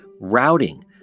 routing